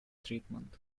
treatment